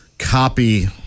copy